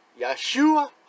Yeshua